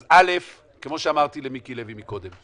אז א', כמו שאמרתי למיקי לוי מקודם,